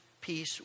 peace